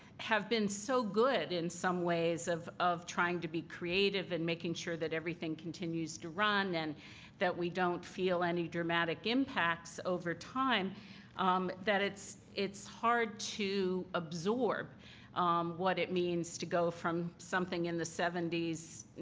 have been so good in some ways of of trying to be creative and making sure that everything continues to run and that we don't feel any dramatic impacts over time um that it's it's hard to absorb what it means to go from something in the seventy s,